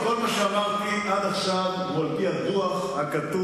כל מה שאמרתי עד עכשיו הוא על-פי הדוח הכתוב,